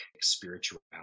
spirituality